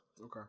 Okay